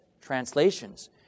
translations